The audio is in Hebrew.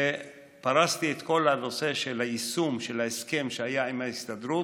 פרסתי את כל הנושא של יישום ההסכם שהיה עם ההסתדרות.